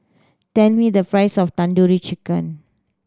tell me the price of Tandoori Chicken